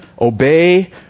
Obey